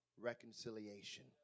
reconciliation